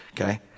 okay